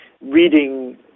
reading